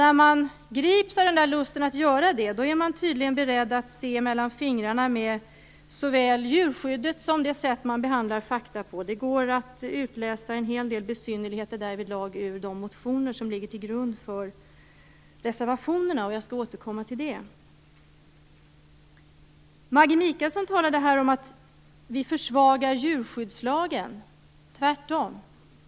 När man grips av lust att göra det är man tydligen beredd att se mellan fingrarna med både djurskyddet och det sätt man behandlar fakta på. Det går att utläsa en hel del besynnerligheter därvidlag av de motioner som ligger till grund för reservationerna. Jag skall återkomma till det. Maggi Mikaelsson talade om att vi försvagar djurskyddslagen. Tvärtom!